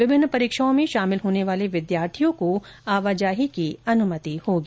विभिन्न परीक्षाओं में शामिल होने वाले विद्यार्थियों को आवाजाही की अनुमति होगी